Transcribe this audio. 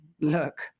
look